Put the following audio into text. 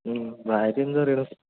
ഭാര്യയെന്തു പറയുന്നു